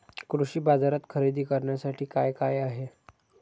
कृषी बाजारात खरेदी करण्यासाठी काय काय आहे?